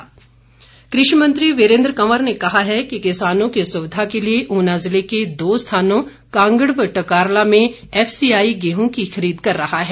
वीरेन्द्र कंवर कृषि मंत्री वीरेन्द्र कंवर ने कहा है कि किसानों की सुविधा के लिए ऊना ज़िले के दो स्थानों कांगड़ व टकारला में एफसीआई गेहूं की खरीद कर रहा है